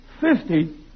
Fifty